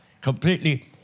completely